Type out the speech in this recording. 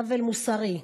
עוול מוסרי.